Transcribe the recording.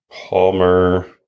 Palmer